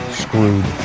screwed